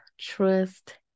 trust